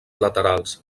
laterals